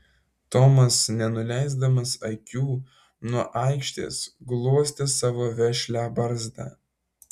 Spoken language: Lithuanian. tomas nenuleisdamas akių nuo aikštės glostė savo vešlią barzdą